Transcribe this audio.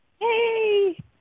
Hey